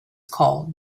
called